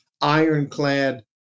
ironclad